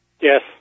Yes